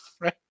right